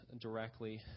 directly